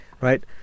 right